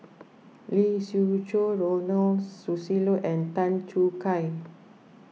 Lee Siew Choh Ronald Susilo and Tan Choo Kai